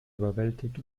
überwältigt